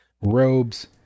robes